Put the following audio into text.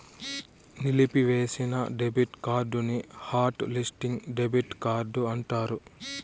నిలిపివేసిన డెబిట్ కార్డుని hot listing debit card అంటారు